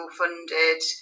funded